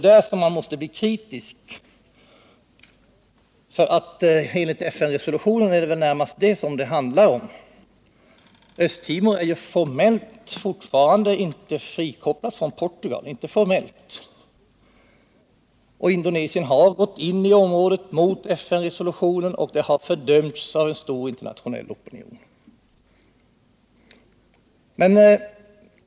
Där måste jag bli kritisk, för enligt FN-resolutionen handlar det närmast om detta. Östra Timor är inte formellt frikopplat från Portugal. Indonesien har gått in i området mot FN resolutionen, och detta har fördömts av en stor internationell opinion.